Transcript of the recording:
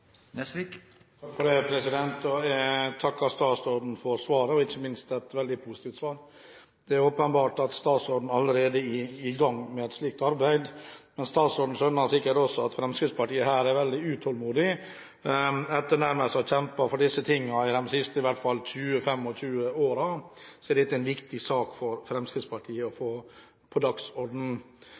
Jeg takker statsråden for svaret – ikke minst for et veldig positivt svar. Det er åpenbart at statsråden allerede er i gang med et slikt arbeid, men statsråden skjønner sikkert også at Fremskrittspartiet her er veldig utålmodig. Etter å ha kjempet for disse tingene i hvert fall i de siste 20–25 årene, er dette en viktig sak for Fremskrittspartiet å få på